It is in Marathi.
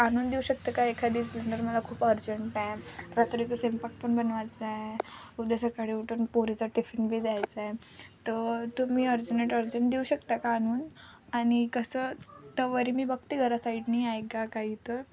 आणून देऊ शकता का एखादी सिलेंडर मला खूप अर्जंट आहे रात्रीचं स्वैपाक पण बनवायचा आहे उद्या सकाळी उठून पोरीचा टिफिन बी द्यायचा आहे तर तुम्ही अर्जंट अर्जंट देऊ शकता का आणून आणि कसं तोवरी मी बघते घरा साईडनी आहे का काही तर